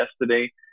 yesterday